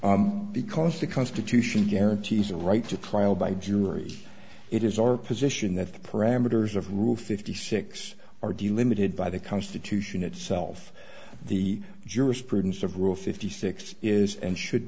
r because the constitution guarantees a right to trial by jury it is our position that the parameters of rule fifty six are due limited by the constitution itself the jurisprudence of rule fifty six is and should